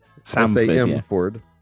Samford